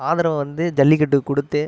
ஆதரவை வந்து ஜல்லிக்கட்டுக்கு கொடுத்து